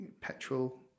petrol